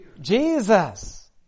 Jesus